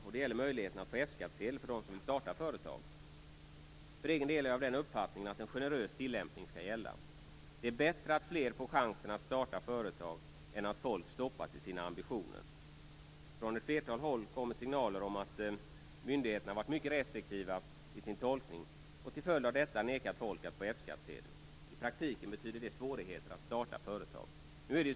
Det gäller möjligheten att få F-skattsedel för dem som vill starta företag. För egen del är jag av den uppfattningen att en generös tillämpning skall gälla. Det är bättre att fler får chansen att starta företag än att folk stoppas i sina ambitioner. Från ett flertal håll kommer signaler om att myndigheterna har varit mycket restriktiva i sin tolkning och till följd av detta nekat folk att få F skattsedel. I praktiken betyder det svårigheter att starta företag.